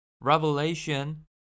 Revelation